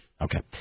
Okay